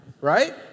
Right